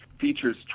features